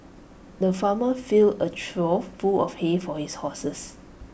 the farmer filled A trough full of hay for his horses